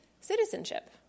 citizenship